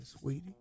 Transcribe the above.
sweetie